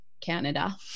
Canada